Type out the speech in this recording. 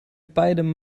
beidem